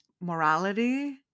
morality